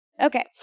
Okay